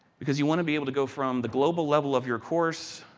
because you want to be able to go from the global level of your course